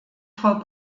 frau